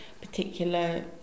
particular